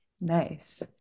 Nice